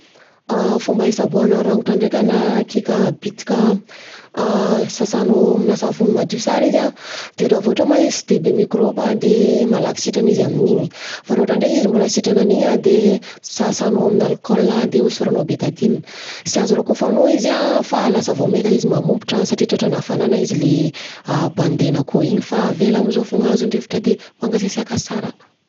Fomba hisaboana rangontra ndreka na kiaka bitika an, sasanao aminà savogny madio sara izy an, de raha vao ohatra ma izy sy de be mikraoba de malaky sitrana izy amin'iny fa raha ohatra ndreka izy mbôla sy sitrana an'iny an, de sasanao amin'ny alcol de hosoranao betadine, sy azo rakofanao izy an, fa lasa vao mainka izy mamompotra satria tratrana hafanana izy le bandegna akao iny, fa avela am'zao fogna azon'ny rivotra de mangasiasiaka tsara.